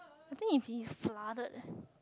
I think if it is flooded eh